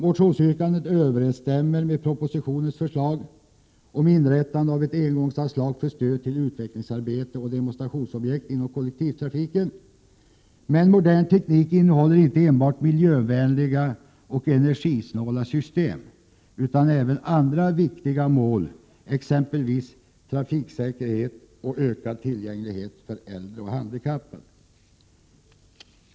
Motionsyrkandet överensstämmer med propositionens förslag om inrättande av ett engångsanslag för stöd till utvecklingsarbete och demonstrationsprojekt inom kollektivtrafiken. Men modern teknik skall inte enbart gynna miljövänliga och energisnåla system. Även andra viktiga mål finns, exempelvis ökad trafiksäkerhet och ökad tillgänglighet för äldre och handikappade inom trafiken.